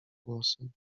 głosem